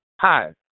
Hi